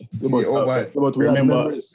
remember